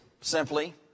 Simply